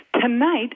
Tonight